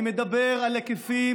אני מדבר על היקפים,